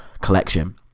collection